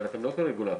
אבל אתם לא כרגולטור.